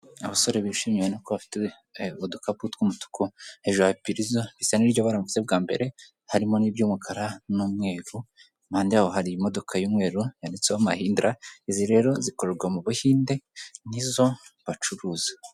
Abasore bishimiye bafite udukapu tw'umutuku, hejuru hari ibipirizo bisa niryo bara mvuze bwa mbere, harimo n'iby'umukara n'umweru. Impande yabo hari imodoka y'umweru yanditseho mahindira, izi rero zikorerwa mu Buhinde nizo bacuruza.